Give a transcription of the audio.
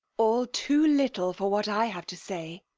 all too little for what i have to say.